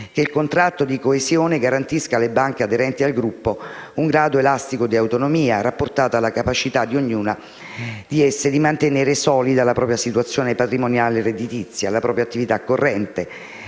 che il contratto di coesione garantisca alle banche aderenti al gruppo un grado elastico di autonomia rapportato alla capacità di ognuna di esse di mantenere solida la propria situazione patrimoniale e redditizia, la propria attività corrente,